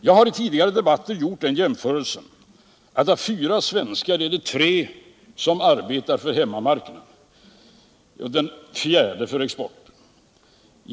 Jag har i tidigare debatter gjort den jämförelsen att av fyra svenskar är det tre som arbetar för hemmamarknaden och den fjärde för exporten.